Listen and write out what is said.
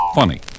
funny